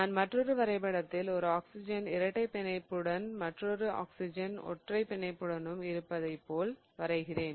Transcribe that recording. நான் மற்றொரு வரைபடத்தில் ஒரு ஆக்சிஜன் இரட்டை பிணைப்புடனும் மற்றொரு ஆக்சிஜன் ஒற்றை பிணைப்புடனும் இருப்பதுபோல் வரைகிறேன்